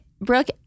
Brooke